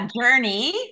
journey